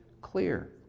clear